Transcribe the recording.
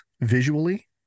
visually